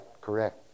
correct